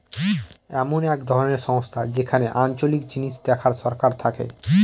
এমন এক ধরনের সংস্থা যেখানে আঞ্চলিক জিনিস দেখার সরকার থাকে